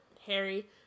Harry